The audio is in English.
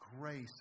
grace